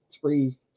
three